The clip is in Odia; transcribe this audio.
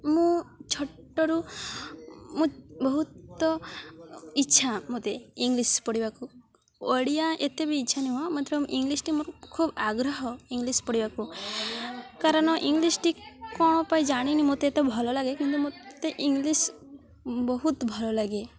ମୁଁ ଛୋଟରୁ ମୁଁ ବହୁତ ଇଚ୍ଛା ମୋତେ ଇଂଲିଶ ପଢ଼ିବାକୁ ଓଡ଼ିଆ ଏତେ ବି ଇଚ୍ଛା ନୁହଁ ମାତ୍ର ଇଂଲିଶଟି ମୋର ଖୁବ ଆଗ୍ରହ ଇଂଲିଶ ପଢ଼ିବାକୁ କାରଣ ଇଂଲିଶଟି କ'ଣ ପାଇଁ ଜାଣିନି ମୋତେ ଏତେ ଭଲ ଲାଗେ କିନ୍ତୁ ମୋତେ ଇଂଲିଶ ବହୁତ ଭଲ ଲାଗେ